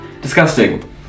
Disgusting